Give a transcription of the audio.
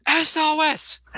sos